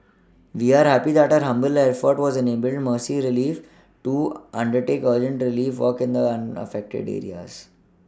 we are happy that our humble effort has enabled Mercy Relief to undertake urgent Relief work in the affected areas